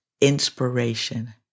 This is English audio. inspiration